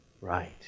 right